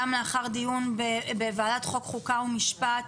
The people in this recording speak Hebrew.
גם לאחר דיון בוועדת חוק חוקה ומשפט,